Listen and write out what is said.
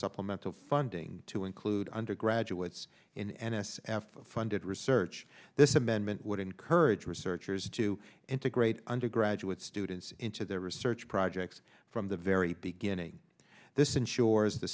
supplemental funding to include undergraduates in n s f funded research this amendment would encourage researchers to integrate undergraduate students into their research projects from the very beginning this ensures the